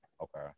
Okay